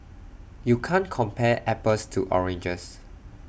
you can't compare apples to oranges